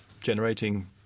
generating